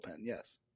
Yes